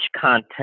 content